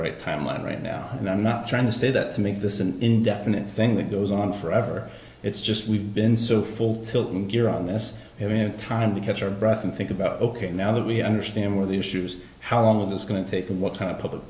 right time line right now and i'm not trying to say that to make this an indefinite thing that goes on forever it's just we've been so full tilt gear on this time because your breath and think about ok now that we understand where the issues how long is this going to take and what kind of public